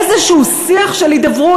איזשהו שיח של הידברות,